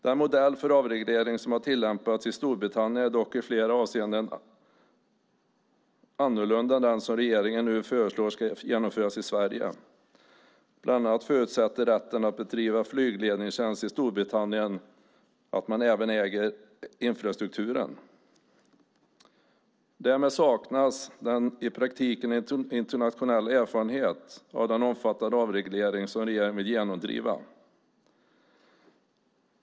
Den modell för avreglering som har tillämpats i Storbritannien är dock i flera avseenden annorlunda än den som regeringen nu föreslår ska genomföras i Sverige. Bland annat förutsätter rätten att bedriva flygledningstjänst i Storbritannien att man även äger infrastrukturen. Därmed saknas det i praktiken internationella erfarenheter av den omfattande avreglering som regeringen vill genomdriva.